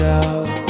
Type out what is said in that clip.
out